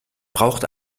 braucht